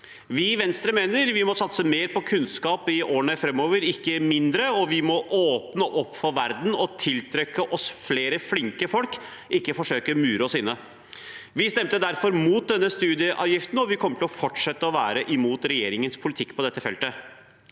i Venstre mener vi må satse mer på kunnskap i årene framover, ikke mindre, og vi må åpne opp for verden og tiltrekke oss flere flinke folk, ikke forsøke å mure oss inne. Vi stemte derfor mot denne studieavgiften, og vi kommer til å fortsette å være mot regjeringens politikk på dette feltet.